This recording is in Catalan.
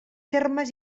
termes